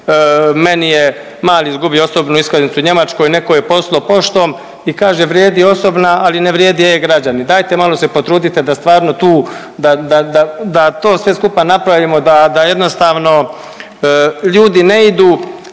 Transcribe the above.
Meni je mali izgubio osobnu iskaznicu u Njemačkoj, netko je posao poštom i kaže, vrijedi osobna, ali ne vrijede e-Građani. Dajte malo se potrudite da stvarno tu, da to sve skupa napravimo, da jednostavno ljudi ne idu